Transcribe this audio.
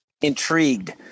intrigued